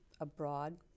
abroad